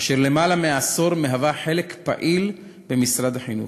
אשר למעלה מעשור מהווה חלק פעיל במשרד החינוך.